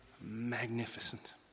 magnificent